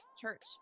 church